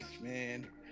Man